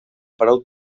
prou